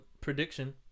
prediction